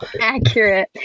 Accurate